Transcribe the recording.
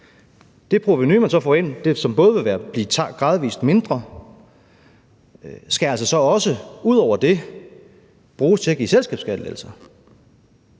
Det provenu, man så får ind, som gradvis vil blive mindre, skal altså så også ud over det bruges til at give selskabsskattelettelser.